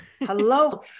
Hello